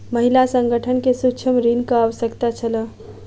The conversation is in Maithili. महिला संगठन के सूक्ष्म ऋणक आवश्यकता छल